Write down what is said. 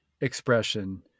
expression